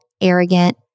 arrogant